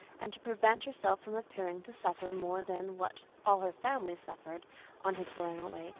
and to prevent herself from appearing to suffer more than what all her family suffered on his going away,